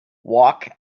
walk